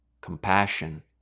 compassion